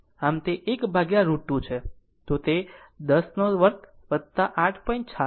આમ તે 1 √ 2 છે તે 10 2 8